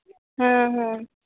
ᱦᱮᱸ ᱦᱮᱸ